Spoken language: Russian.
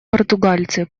португальцы